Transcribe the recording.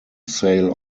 sale